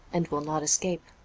and will not escape.